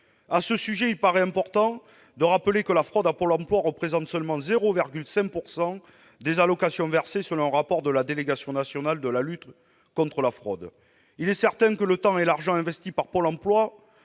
À ce sujet, il paraît important de rappeler que la fraude à Pôle emploi représente seulement 0,5 % des allocations versées, selon un rapport de la Délégation nationale à la lutte contre la fraude. Il est certain que le temps et l'argent investis dans cette